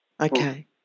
Okay